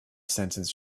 sentence